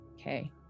Okay